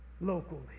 locally